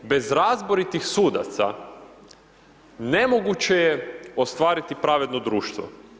Bez razboritih sudaca nemoguće je ostvariti pravedno društvo.